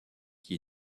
qui